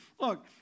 look